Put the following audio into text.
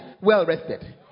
well-rested